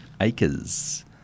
acres